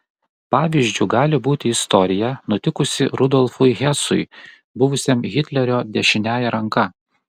pavyzdžiu gali būti istorija nutikusi rudolfui hesui buvusiam hitlerio dešiniąja ranka